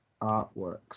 artworks